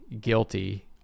guilty